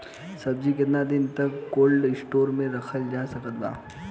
सब्जी केतना दिन तक कोल्ड स्टोर मे रखल जा सकत बा?